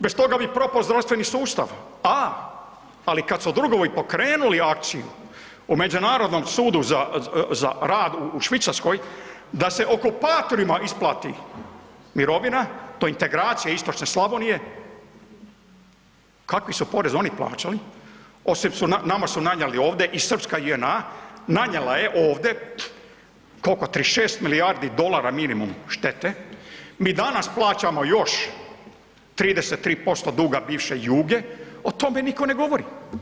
Bez toga bi propo zdravstveni sustav, a, ali kad su drugovi pokrenuli akciju u Međunarodnom sudu za, za rad u Švicarskoj da se okupatorima isplati mirovina, to je integracija istočne Slavonije, kakvi su porez oni plaćali, osim su, nama su nanijeli ovdje i srpska JNA, nanijela je ovde, kolko, 36 milijardi dolara minimum štete, mi danas plaćamo još 33% duga bivše Juge, o tome niko ne govori.